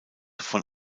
von